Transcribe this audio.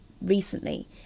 recently